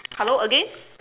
hello again